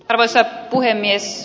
arvoisa puhemies